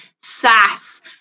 sass